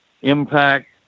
impact